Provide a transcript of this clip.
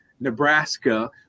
Nebraska